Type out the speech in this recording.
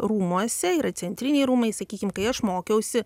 rūmuose yra centriniai rūmai sakykim kai aš mokiausi